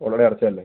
already അടച്ചതല്ലേ